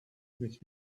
missed